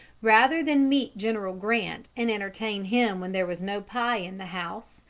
rather than meet general grant and entertain him when there was no pie in the house,